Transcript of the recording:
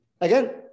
Again